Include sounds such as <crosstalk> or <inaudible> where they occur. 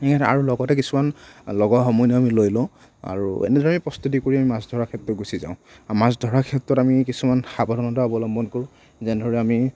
<unintelligible> আৰু লগতে কিছুমান লগৰ সমনীয়াও আমি লৈ লওঁ আৰু এনেদৰে আমি প্ৰস্তুতি কৰি আমি মাছ ধৰা ক্ষেত্ৰত গুছি যাওঁ আৰু মাছ ধৰাৰ ক্ষেত্ৰত আমি কিছুমান সাৱধানতা অৱলম্বন কৰোঁ যেনদৰে আমি